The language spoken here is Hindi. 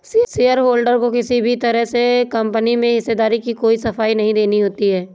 शेयरहोल्डर को किसी भी तरह से कम्पनी में हिस्सेदारी की कोई सफाई नहीं देनी होती है